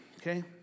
okay